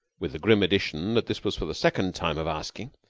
with the grim addition that this was for the second time of asking,